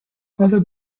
other